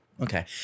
Okay